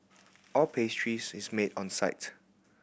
all pastries is made on site